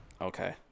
Okay